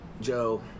Joe